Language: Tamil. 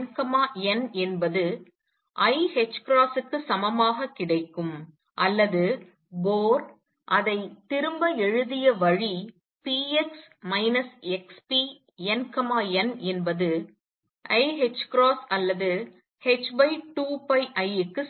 nn என்பது i க்கு சமமாக கிடைக்கும் அல்லது போர் அதை திரும்ப எழுதிய வழி nn என்பது i அல்லது h2πi க்கு சமம்